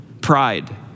pride